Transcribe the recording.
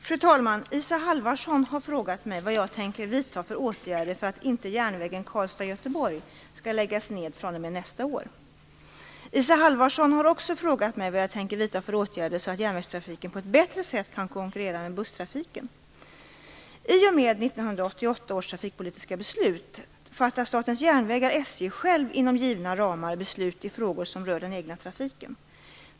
Fru talman! Isa Halvarsson har frågat mig vad jag tänker vidta för åtgärder för att inte järnvägen Karlstad-Göteborg skall läggas ned fr.o.m. nästa år. Statens järnvägar, SJ, själv inom givna ramar beslut i frågor som rör den egna trafiken.